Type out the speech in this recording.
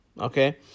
okay